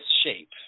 shape